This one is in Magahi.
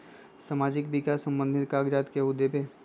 समाजीक विकास संबंधित कागज़ात केहु देबे?